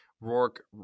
Rourke